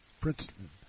Princeton